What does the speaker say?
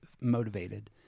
motivated